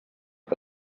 que